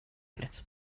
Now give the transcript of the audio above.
unit